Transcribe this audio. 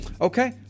Okay